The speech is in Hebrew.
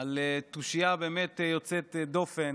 על התושייה באמת יוצאת הדופן.